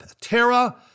Terra